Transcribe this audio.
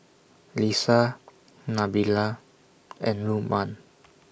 Lisa Nabila and Lukman